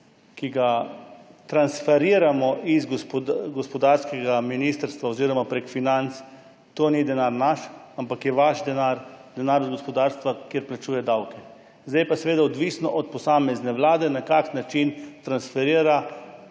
ki ga transferiramo iz gospodarskega ministrstva oziroma preko financ, ni naš denar, ampak je vaš denar, denar od gospodarstva, ki plačuje davke. Zdaj je pa seveda odvisno od posamezne vlade, na kakšen način transferira